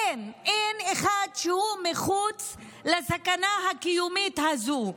אין אחד שהוא מחוץ לסכנה הקיומית הזאת.